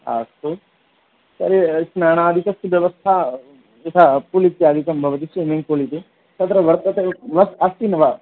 अस्तु तर्हि स्नानादिकस्य व्यवस्था यथा पूल् इत्यादिकं भवति स्मिम्मिंग् पूल् इति तत्र वर्तते न अस्ति न वा